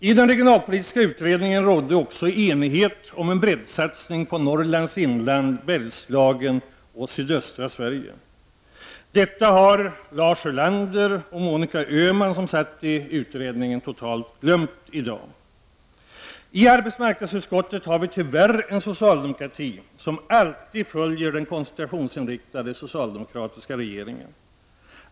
I den regionalpolitiska utredningen rådde också enighet om en breddsatsning på Norrlands inland, Bergslagen och sydöstra Sverige. Detta har Lars Ulander och Monica Öhman som satt i utredningen totalt glömt i dag. I arbetsmarknadsutskottet har vi tyvärr en socialdemokrati som alltid följer den koncentrationsinriktade socialdemokratiska regeringen.